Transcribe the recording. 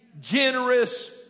generous